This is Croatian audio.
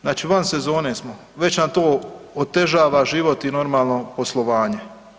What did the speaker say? Znači van sezone smo, već nam to otežava život i normalno poslovanje.